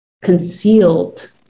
concealed